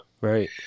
Right